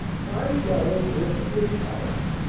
five dollars' worth of dish-towels!